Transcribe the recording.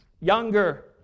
younger